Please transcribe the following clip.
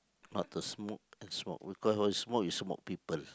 not to smoke and smoke because when you smoke you smoke people